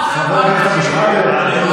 חבר הכנסת אבו שחאדה.